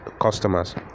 customers